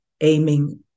aiming